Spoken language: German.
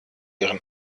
ihren